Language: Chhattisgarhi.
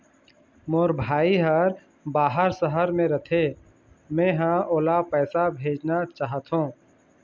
मोर भाई हर बाहर शहर में रथे, मै ह ओला पैसा भेजना चाहथों